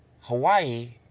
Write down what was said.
Hawaii